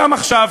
גם עכשיו,